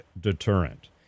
deterrent